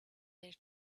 they